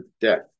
death